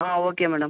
ah okay madam